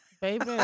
Baby